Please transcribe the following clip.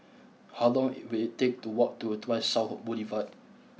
how long it will take to walk to Tuas South Boulevard